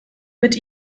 mit